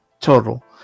Total